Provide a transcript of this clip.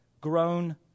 grown